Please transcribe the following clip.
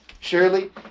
surely